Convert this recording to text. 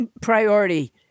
priority